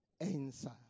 answer